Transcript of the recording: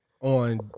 on